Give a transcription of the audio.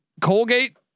Colgate